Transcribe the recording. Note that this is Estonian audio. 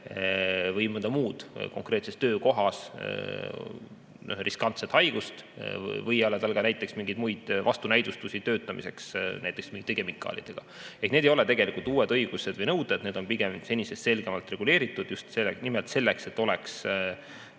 või mõnda muud konkreetses töökohas riskantset haigust või tal ei ole ka näiteks mingeid muid vastunäidustusi töötamiseks mingite kemikaalidega. Need ei ole uued õigused või nõuded, need on pigem senisest selgemalt reguleeritud, just nimelt selleks, et oleks